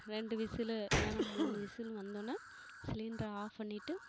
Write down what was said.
ரெண்டு விசிலு இல்லைன்னா மூணு விசிலு வந்தோனே சிலிண்டரை ஆஃப் பண்ணிட்டு